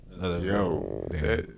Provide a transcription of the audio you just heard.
Yo